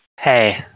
Hey